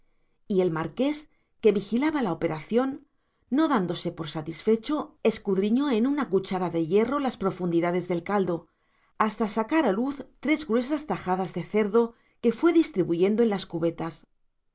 y el marqués que vigilaba la operación no dándose por satisfecho escudriñó con una cuchara de hierro las profundidades del caldo hasta sacar a luz tres gruesas tajadas de cerdo que fue distribuyendo en las cubetas